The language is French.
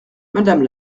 madame